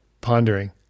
pondering